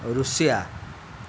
Russia